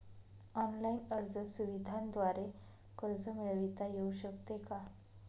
Online अर्ज सुविधांद्वारे कर्ज मिळविता येऊ शकते का?